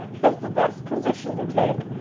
is the best position to take,